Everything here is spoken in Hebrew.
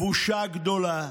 הבושה גדולה.